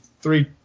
three